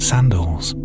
Sandals